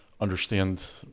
understand